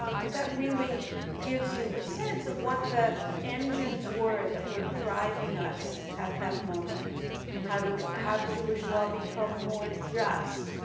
um that really gives you a sense of what the engines were that were driving us at that moment how to have jewish law become more just,